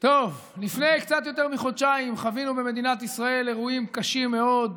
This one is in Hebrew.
לפני קצת יותר מחודשיים חווינו במדינת ישראל אירועים קשים מאוד,